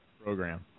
program